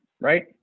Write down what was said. Right